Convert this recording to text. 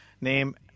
Name